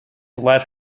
let